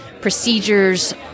procedures